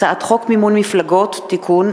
הצעת חוק יסודות התקציב (תיקון,